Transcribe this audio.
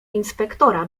inspektora